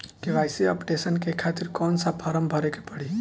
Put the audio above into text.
KYC updation के खातिर कौन सा फारम भरे के पड़ी?